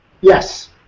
Yes